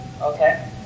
Okay